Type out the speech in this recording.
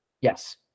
Yes